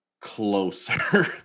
closer